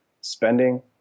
spending